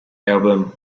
album